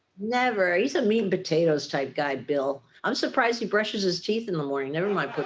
never, he's a meat and potatoes type guy, bill. i'm surprised he brushes his teeth in the morning. nevermind